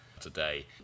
today